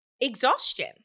exhaustion